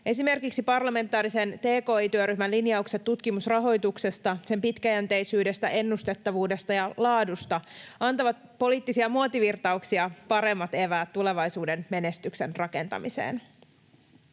Esimerkiksi parlamentaarisen tki-työryhmän linjaukset tutkimusrahoituksesta, sen pitkäjänteisyydestä, ennustettavuudesta ja laadusta antavat poliittisia muotivirtauksia paremmat eväät tulevaisuuden menestyksen rakentamiseen.